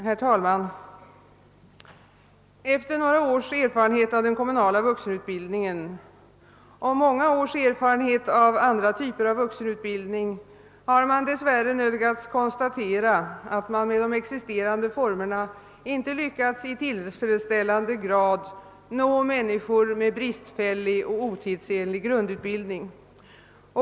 Herr talman! Efter några års erfarenhet av den kommunala vuxenutbildningen och många års erfarenhet av vuxenutbildning har man dess värre nödgats konstatera, att man med de existerande formerna inte lyckats i tillfredsställande grad nå människor med bristfällig och otidsenlig grundutbildning.